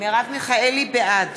בעד